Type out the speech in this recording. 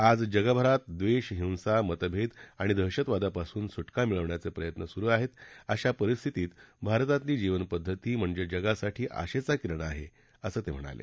आज जगभरात द्वेष हिसा मतभेद आणि दहशतवादापासून सु क्रा मिळवण्याचे प्रयत्न सुरु आहेत अशा परिस्थितीमधे भारतातली जीवनपद्धती म्हणजे जगासाठी आशेचा किरण आहे असं ते म्हणाले